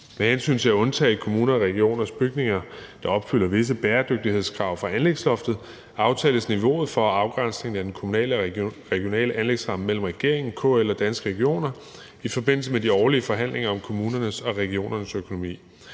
Med hensyn til at undtage kommuners og regioners bygninger, der opfylder visse bæredygtighedskrav fra anlægsloftet, aftales niveauet for afgrænsning af den kommunale og regionale anlægsramme mellem regeringen, KL og Danske Regioner i forbindelse med de årlige forhandlinger om kommunernes og regionernes økonomi.